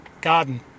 garden